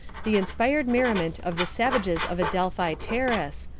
the inspired merriment of the savages of adelphi terrace,